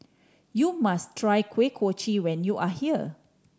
you must try Kuih Kochi when you are here